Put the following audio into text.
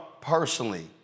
personally